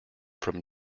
from